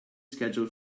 schedule